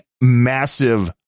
massive